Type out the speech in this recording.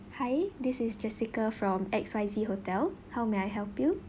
hi this is jessica from X_Y_Z hotel how may I help you